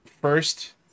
first